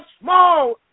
small